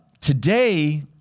Today